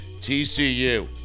TCU